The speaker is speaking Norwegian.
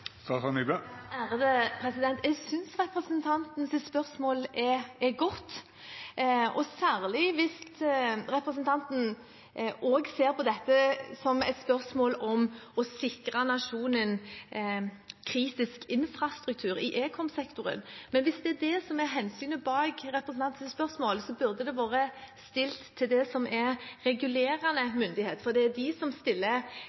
Jeg synes representantens spørsmål er godt, særlig hvis representanten også ser på dette som et spørsmål om å sikre nasjonen kritisk infrastruktur i ekomsektoren. Men hvis det er hensynet bak representantens spørsmål, burde det vært stilt til regulerende myndigheter, for det er de som stiller